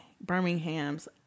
Birmingham's